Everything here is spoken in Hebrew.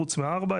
חוץ מהארבע.